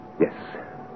Yes